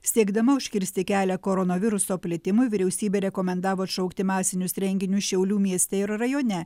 siekdama užkirsti kelią koronaviruso plitimui vyriausybė rekomendavo atšaukti masinius renginius šiaulių mieste ir rajone